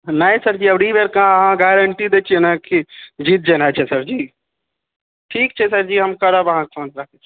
नहि सर जी अबरी बेर तऽ अहाँ गारंटी दए छियै ने की जीत जेनाइ छै सर जी ठीक छै सर जी हम करब अहाँके फोन तऽ